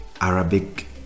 Arabic